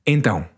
Então